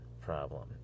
problem